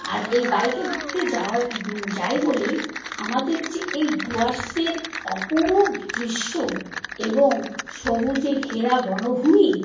আর এই বাইকে ঘুরতে যাওয়ার যাই বলেই আমাদের যে এই ডুয়ার্সের অপরূপ দৃশ্য এবং সবুজে ঘেরা বনভূমি